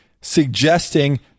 suggesting